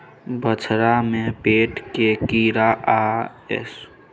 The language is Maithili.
बछरा में पेट के कीरा आ एस्केरियासिस से केना बच ल जा सकलय है?